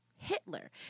Hitler